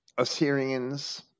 Assyrians